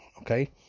Okay